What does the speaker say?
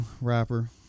rapper